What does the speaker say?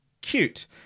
cute